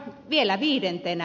vielä viidentenä